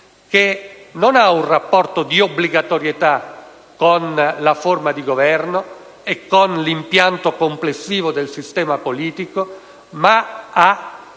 che non ha un rapporto di obbligatorietà con la forma di governo e con l'impianto complessivo del sistema politico, ma ha